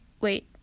Wait